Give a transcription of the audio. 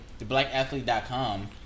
theblackathlete.com